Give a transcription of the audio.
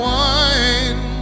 one